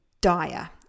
dire